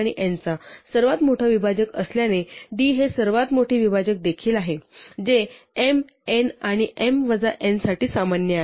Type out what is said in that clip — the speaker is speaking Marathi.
आणि d हा m आणि n चा सर्वात मोठा विभाजक असल्याने d हे सर्वात मोठे विभाजक देखील आहे जे m n आणि m वजा n साठी सामान्य आहे